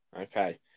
Okay